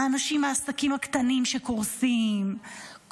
העסקים הקטנים שקורסים,